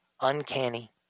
uncanny